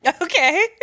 okay